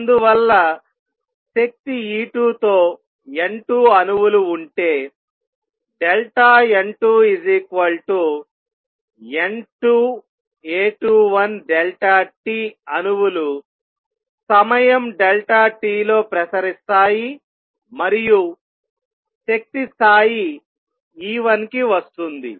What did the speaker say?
అందువల్ల శక్తి E2 తో N 2 అణువులు ఉంటేN2 N2A21t అణువులు సమయం t లో ప్రసరిస్తాయి మరియు శక్తి స్థాయి E1 కి వస్తుంది